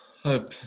Hope